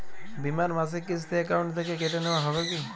বিমার মাসিক কিস্তি অ্যাকাউন্ট থেকে কেটে নেওয়া হবে কি?